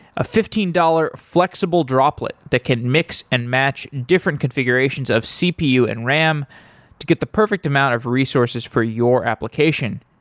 a fifteen dollars flexible droplet that can mix and match different configurations of cpu and ram to get the perfect amount of resources for your application.